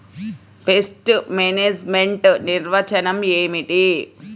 Pest management నిర్వచనం ఏమిటి?